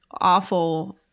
awful